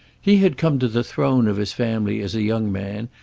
he had come to the throne of his family as a young man,